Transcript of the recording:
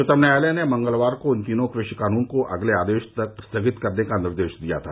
उच्चतम न्यायालय ने मंगलवार को इन तीनों कृषि कानून को अगले आदेश तक स्थगित करने का निर्देश दिया था